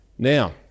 Now